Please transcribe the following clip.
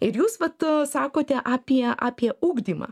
ir jūs vat sakote apie apie ugdymą